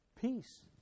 Peace